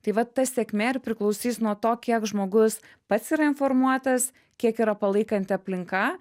tai va ta sėkmė priklausys nuo to kiek žmogus pats yra informuotas kiek yra palaikanti aplinka